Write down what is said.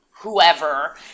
Whoever